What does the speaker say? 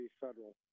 Federal